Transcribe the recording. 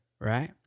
right